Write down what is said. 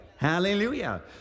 Hallelujah